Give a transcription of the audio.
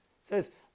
says